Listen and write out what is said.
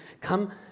Come